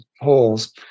holes